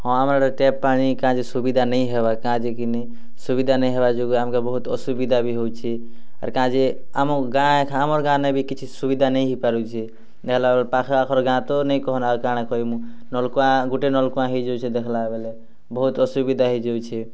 ହଁ ଆମର୍ ଆଡ଼େ ଟେପ୍ ପାଣି କାଁ ଯେ ସୁବିଧା ନେଇଁ ହେବା କାଁ ଯେ କି ନେଇଁ ସୁବିଧା ନେଇଁ ହେବା ଯୋଗୁ ଆମକୁ ବୋହୁତ୍ ଅସୁବିଧା ବି ହୋଉଛେ ଆର୍ କାଁ ଯେ ଆମ ଗାଁ ଏଖା ଆମର୍ ଗାଁନେ ବି କିଛି ସୁବିଧା ନେଇଁ ହେଇ ପାରୁଛେ ଦେଖ୍ଲା ବେଲେ ପାଖ ଆଖର୍ ଗାଁ ତ ନେଇଁ କହ ନାଁ ଆର୍ କାଣା କହେମୁ ନଳ୍କୂଆଁ ଗୁଟେ ନଳ୍କୂଆଁ ହେଇଯାଉଛେ ଦେଖ୍ଲା ବେଲେ ବୋହୁତ୍ ଅସୁବିଧା ହେଇଯାଉଛେ